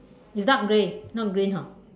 it's dark grey not green hor